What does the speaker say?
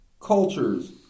cultures